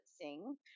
sing